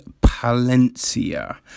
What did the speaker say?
Palencia